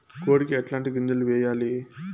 కోడికి ఎట్లాంటి గింజలు వేయాలి?